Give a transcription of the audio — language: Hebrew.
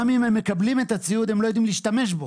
גם אם הם מקבלים את הציוד הם לא יודעים להשתמש בו.